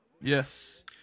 Yes